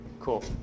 Cool